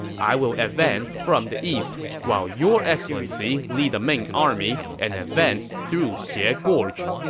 i will advance from the east, while your excellency lead the main army and advance through xie ah gorge.